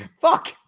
Fuck